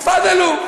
תפאדלו,